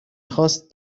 خواست